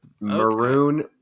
maroon